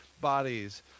bodies